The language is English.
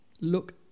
look